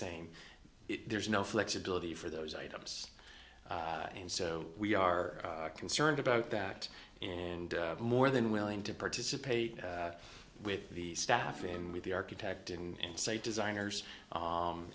same there's no flexibility for those items and so we are concerned about that and more than willing to participate with the staff and with the architect and say designers